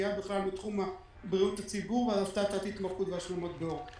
שמגיעה מתחום בריאות הציבור ואז התמחות והשלמות בעור.